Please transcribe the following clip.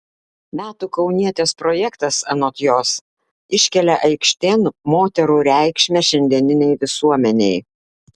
metų kaunietės projektas anot jos iškelia aikštėn moterų reikšmę šiandieninei visuomenei